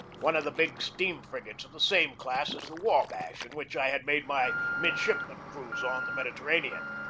one of the big steam-frigates of the same class as the wabash in which i had made my midshipman cruise on the mediterranean.